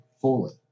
fully